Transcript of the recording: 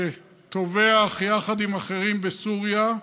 שטובח יחד עם אחרים בסוריה.